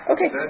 Okay